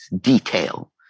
detail